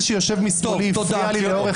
שלא.